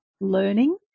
learning